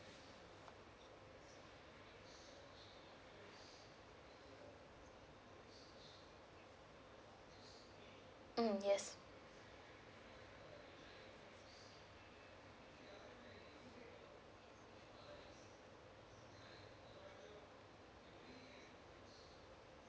mm yes